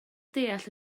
deall